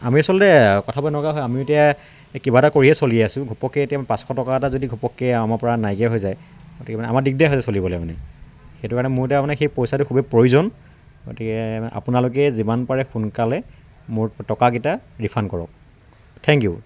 আমি আচলতে কথাবোৰ এনেকুৱা হয় আমিও এতিয়া কিবা এটা কৰিয়েই চলি আছোঁ ঘপককে এতিয়া পাঁচশ টকা এটা যদি ঘপককে আমাৰ পৰা নাইকীয়া হৈ যায় গতিকে মানে আমাৰ দিগদাৰ হৈ যায় চলিবলৈ মানে সেইটো কাৰণে মানে মোক এতিয়া পইচাটোৰ খুবেই প্ৰয়োজন গতিকে আপোনালোকে যিমান পাৰে সোনকালে মোৰ টকাকিটা ৰিফাণ্ড কৰক থেংক ইউ